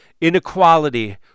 inequality